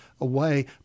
away